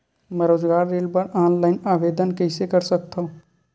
मैं रोजगार ऋण बर ऑनलाइन आवेदन कइसे कर सकथव?